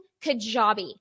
Kajabi